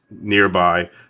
nearby